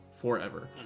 forever